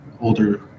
older